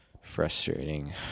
Frustrating